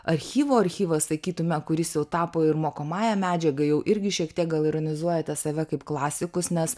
archyvo archyvas sakytume kuris jau tapo ir mokomąja medžiaga jau irgi šiek tiek gal ironizuojate save kaip klasikus nes